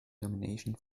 nomination